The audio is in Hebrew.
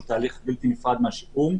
זה תהליך בלתי נפרד מהשיקום.